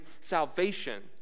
salvation